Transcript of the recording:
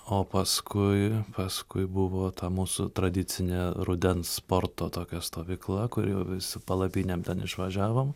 o paskui paskui buvo ta mūsų tradicinė rudens sporto tokia stovykla kur jau vi su palapinėm ten išvažiavom